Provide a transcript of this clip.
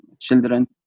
children